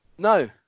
No